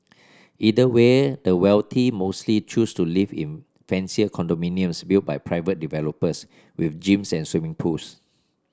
either way the wealthy mostly choose to live in fancier condominiums built by private developers with gyms and swimming pools